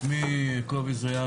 שמי קובי זריהן,